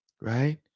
right